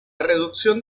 reducción